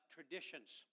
Traditions